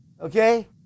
okay